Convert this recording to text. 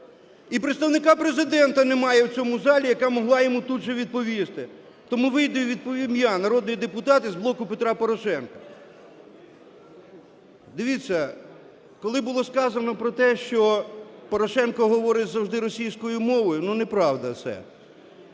І Представника Президента немає в цьому залі, яка могла йому тут же відповісти. Тому вийду і відповім я, народний депутат із "Блоку Петра Порошенка". Дивіться, коли було сказано про те, що Порошенко говорить завжди російською мовою, ну, неправда це.